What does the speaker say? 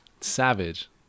savage